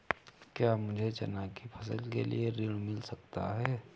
क्या मुझे चना की फसल के लिए ऋण मिल सकता है?